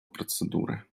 процедуры